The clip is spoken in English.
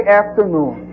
afternoon